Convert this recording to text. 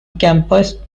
campus